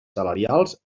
salarials